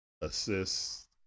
assists